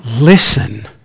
listen